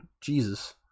Jesus